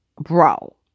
bro